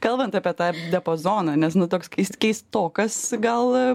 kalbant apie tą diapozoną nes toks keis keistokas gal